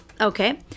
Okay